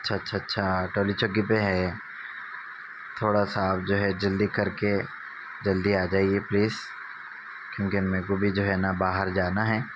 اچھا اچھا اچھا ٹولی چگی پہ ہے تھوڑا سا آپ جو ہے جلدی کر کے جلدی آ جائیے پلیز کیونکہ میرے کو بھی جو ہے نا باہر جانا ہے